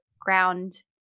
ground